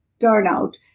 turnout